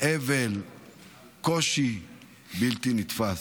אבל וקושי בלתי נתפס.